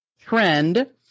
Trend